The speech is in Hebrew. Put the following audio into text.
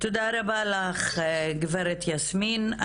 תודה רבה לך גברת יסמין.